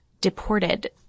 deported